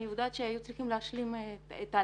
אני יודעת שהיו צריכים להשלים תהליכים